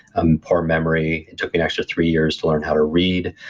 um poor memory. it took me an extra three years to learn how to read.